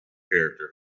character